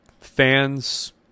fans